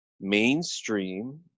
mainstream